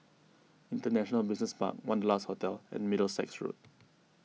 International Business Park Wanderlust Hotel and Middlesex Road